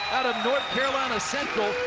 out of north carolina central,